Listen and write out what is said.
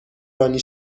رانی